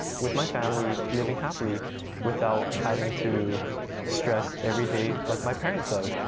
with my family living happily without having to stress every day like my parents does.